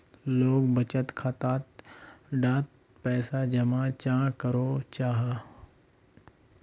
लोग बचत खाता डात पैसा जमा चाँ करो जाहा?